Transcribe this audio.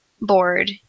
board